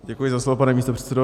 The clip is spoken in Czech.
Děkuji za slovo, pane místopředsedo.